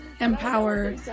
empower